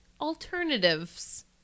alternatives